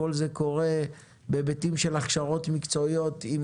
כל זה קורה בהיבטים של הכשרות מקצועיות עם